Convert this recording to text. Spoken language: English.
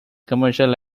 commercial